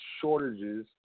shortages